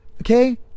okay